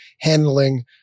handling